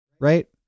right